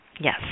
Yes